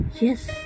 Yes